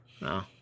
No